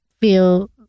feel